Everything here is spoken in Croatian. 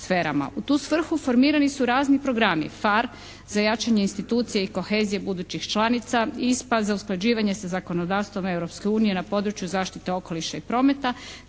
U tu svrhu formirani su razni programi: PHARE za jačanje institucije i kohezije budućih članica i ISPA za usklađivanje sa zakonodavstvom Europske unije na području zaštite okoliša i prometa